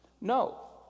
No